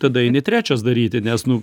tada eini trečias daryti nes nu